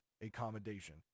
accommodation